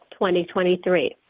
2023